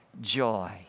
Joy